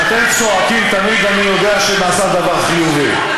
כשאתם צועקים תמיד אני יודע שנעשה דבר חיובי.